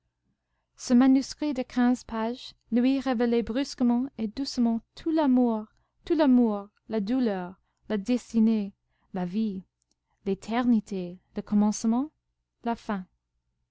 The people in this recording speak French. ce manuscrit de quinze pages lui révélait brusquement et doucement tout l'amour la douleur la destinée la vie l'éternité le commencement la fin